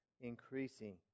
increasing